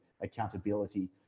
accountability